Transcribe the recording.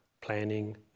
planning